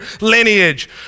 lineage